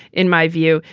in my view,